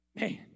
Man